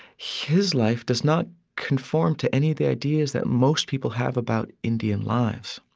his life does not conform to any of the ideas that most people have about indian lives.